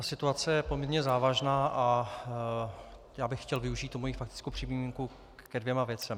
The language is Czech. Ta situace je poměrně závažná a já bych chtěl využít svou faktickou připomínku ke dvěma věcem.